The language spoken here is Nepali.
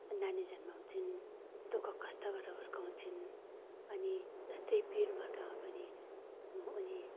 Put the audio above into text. नानी जन्माउँछिन् दु ख कष्ट गरेर हुर्काउँछिन् अनि जस्तै पिर मर्कामा पनि उनी